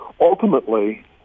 Ultimately